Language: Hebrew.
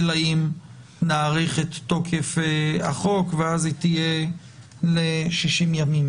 אלא אם נאריך את תוקף החוק ואז היא תהיה ל-60 ימים.